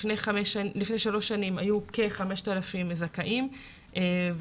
לפני שלוש שנים היו כ-5,000 זכאים,